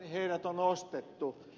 heidät on siis ostettu